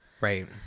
right